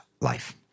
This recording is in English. life